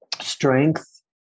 strength